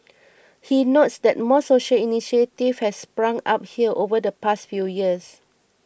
he notes that more social initiatives has sprung up here over the past few years